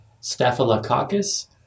Staphylococcus